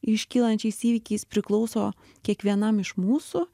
iškylančiais įvykiais priklauso kiekvienam iš mūsų